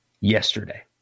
yesterday